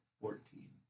Fourteen